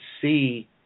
see